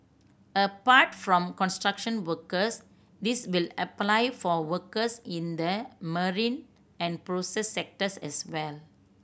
apart from construction workers this will apply for workers in the marine and process sectors as well